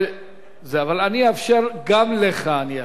אני אאפשר גם לך,